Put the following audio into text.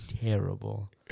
terrible